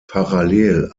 parallel